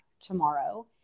tomorrow